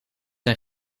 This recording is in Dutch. een